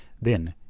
then,